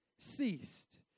ceased